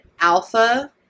alpha